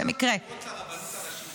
יש היום בחירות לרבנות הראשית,